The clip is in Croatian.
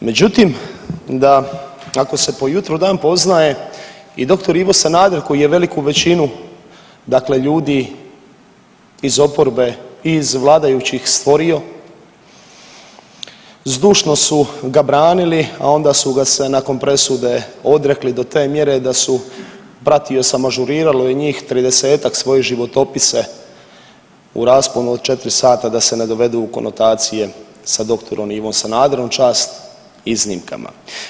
Međutim, da, ako se po jutru dan poznaje i doktor Ivo Sanader koji je veliku većinu dakle ljudi iz oporbe i iz vladajući stvorio, zdušno su ga branili, a onda su ga se nakon presude odrekli do te mjere da su pratio sam ažuriralo je njih 30-tak svoje životopise u rasponu o 4 sata da se ne dovedu u konotacije sa dr. Ivom Sanaderom, čast iznimkama.